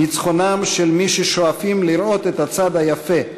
ניצחונם של מי ששואפים לראות את הצד היפה,